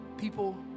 people